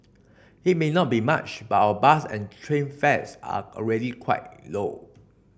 it may not be much but our bus and train fares are already quite low